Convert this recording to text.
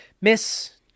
Miss